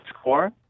score